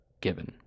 given